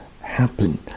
happen